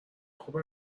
خوب